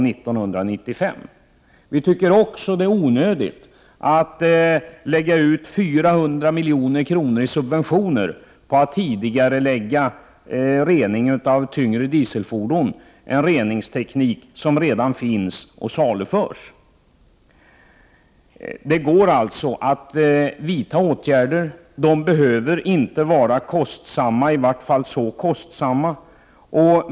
Vi tycker också att det är onödigt att lägga ut 400 milj.kr. i subventioner för att tidigarelägga rening av tyngre dieselfordon, en reningsteknik som redan finns och saluförs. Det går alltså att vidta åtgärder. De behöver inte vara kostsamma, i varje fall inte så oerhört kostsamma.